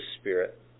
Spirit